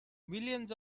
millions